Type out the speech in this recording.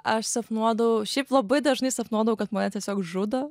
aš sapnuodavau šiaip labai dažnai sapnuodavau kad mane tiesiog žudo